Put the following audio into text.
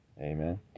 Amen